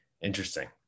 Interesting